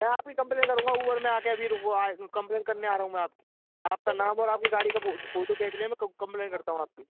मैं आपकी कंप्लेन करूँगा ऊबर में आकर अभी रुको कंप्लेन करने आ रहा हूँ मैं आपकी आपका नाम और आपकी गाड़ी का फोटो देख लिया मैं कंप्लेन करता हूँ आपकी